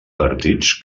partits